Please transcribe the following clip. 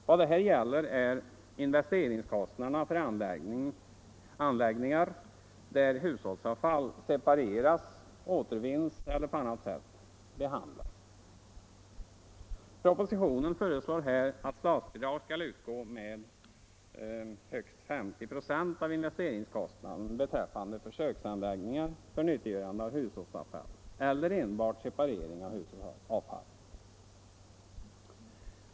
Vad det här gäller är investeringskostnaderna för anläggningar där hushållsavfall separeras, återvinnes eller på annat sätt behandlas. Propositionen föreslår här att statsbidrag skall utgå med högst 50 96 av investeringskostnaden beträffande försöksanläggningar för nyttiggörande av hushållsavfall eller enbart separering av hushållsavfall.